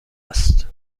است